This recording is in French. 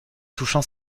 touchant